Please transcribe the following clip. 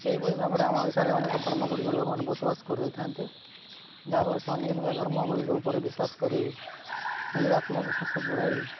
ଏହିଭଳି ଭାବରେ ଆମ ଓଡ଼ିଶାରେ ଅନେକ ଧର୍ମ ଗୁଡ଼ିକର ଲୋକମାନେ ବସବାସ କରି ରହିଥାନ୍ତି ଯାହାଫଳରେ ସେମାନେ ନିଜ ନିଜ ଧର୍ମ ଗୁଡ଼ିକ ଉପରେ ବିଶ୍ୱାସ କରି ନିଜର ଆତ୍ମବିଶ୍ୱାସ ବଢ଼େଇ